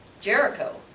Jericho